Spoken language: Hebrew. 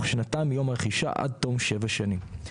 מ-8% ל-0.5%.